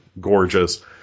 Gorgeous